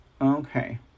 Okay